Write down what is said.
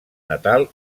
natal